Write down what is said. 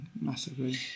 massively